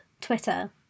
Twitter